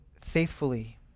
faithfully